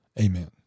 Amen